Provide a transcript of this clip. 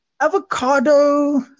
Avocado